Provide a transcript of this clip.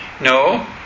No